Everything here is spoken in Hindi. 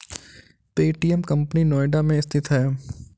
पे.टी.एम कंपनी नोएडा में स्थित है